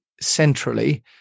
centrally